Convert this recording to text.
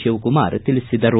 ಶಿವಕುಮಾರ್ ತಿಳಿಸಿದರು